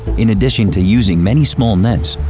in addition to using many small nets,